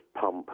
pump